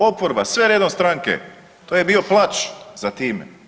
Oporba sve redom stranke, to je bio plač za time.